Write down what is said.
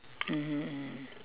mmhmm mm